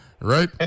Right